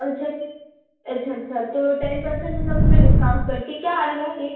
अच्छा कित अच्छा अच्छा तो टेन पर्सेंट मतलब उसमें डिस्काउंट करके क्या आएगा रेट